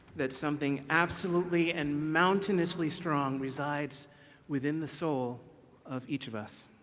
that something absolutely and mountainously strong resides within the soul of each of us.